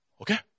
Okay